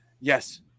Yes